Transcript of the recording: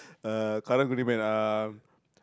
uh Karang-Guni man um